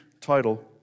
title